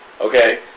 okay